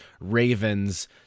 Ravens